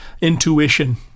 intuition